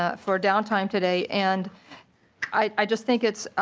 ah for downtime today. and i just think it